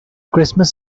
christmas